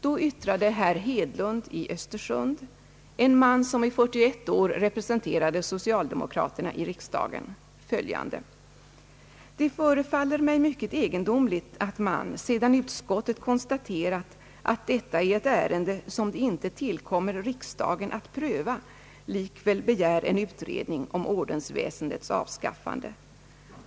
Då yttrade herr Hedlund i Östersund — en man som i 41 år representerade socialdemokraterna i riksdagen — följande: »Det förefaller mig mycket egendomligt att man, sedan utskottet konstaterat, att detta är ett ärende, som det inte tillkommer riksdagen att pröva, likväl begär en utredning om ordensväsendets avskaffande.